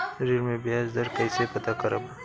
ऋण में बयाज दर कईसे पता करब?